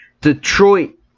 Detroit